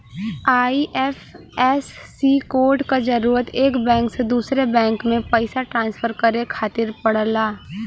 IFSC code क जरूरत एक बैंक से दूसरे बैंक में पइसा ट्रांसफर करे खातिर पड़ला